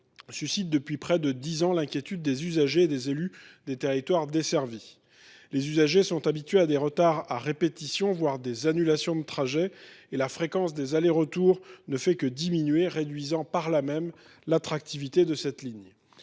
suscite depuis près de dix ans l’inquiétude des usagers et des élus des territoires desservis. Les usagers sont habitués à des retards à répétition, voire à des annulations de trajets. La fréquence des allers retours ne fait que diminuer, réduisant par là même l’attractivité de cette ligne.